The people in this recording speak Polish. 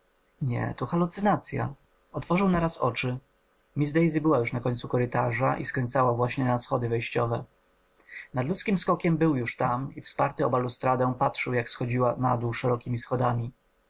nie to halucynacja otworzył naraz oczy miss daisy była już na końcu korytarza i skręcała właśnie na schody wejściowe nadludzkim skokiem był już tam i wsparty o balustradę patrzył jak schodziła nadół szerokiemi schodami